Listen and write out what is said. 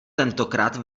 tentokrát